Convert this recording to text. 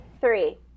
three